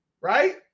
right